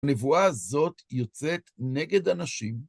הנבואה הזאת יוצאת נגד אנשים.